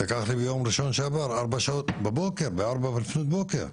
לקח לי ביום ראשון שעבר ארבע שעות בבוקר וארבע לפנות בוקר,